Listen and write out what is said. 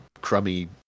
crummy